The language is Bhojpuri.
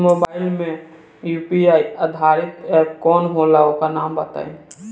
मोबाइल म यू.पी.आई आधारित एप कौन होला ओकर नाम बताईं?